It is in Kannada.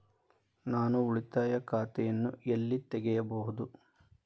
ನಾನು ಉಳಿತಾಯ ಖಾತೆಯನ್ನು ಎಲ್ಲಿ ತೆರೆಯಬಹುದು?